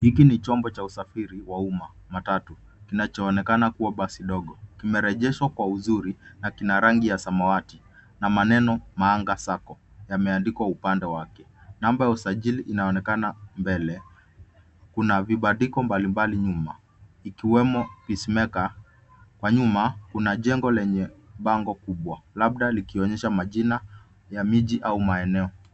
Hiki ni chombo cha usafiri wa umma matatu. Kinachoonekana kuwa basi ndogo. Kimerejeshwa kwa uzuri, na kina rangi ya samawati na maneno NAMUGA SACCO, yameandikwa upande wake. Namba ya usajili inaonekana mbele. Kuna vibandiko mbalimbali nyuma vikiwemo PEACE MAKER.Kwa nyuma, kuna jengo lenye bango kubwa labda likionyesha majina ya miji au maeneo.